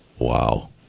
Wow